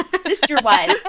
sister-wise